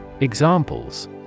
Examples